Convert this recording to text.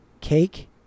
Cake